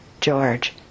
George